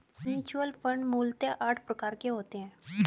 mutual fund मूलतः आठ प्रकार के होते हैं